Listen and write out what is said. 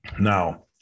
Now